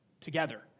together